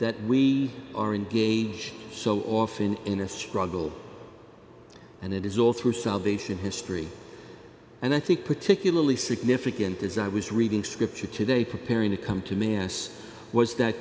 that we are engaged so often in a struggle and it is all through salvation history and i think particularly significant as i was reading scripture today preparing to come to me as was that